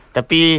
Tapi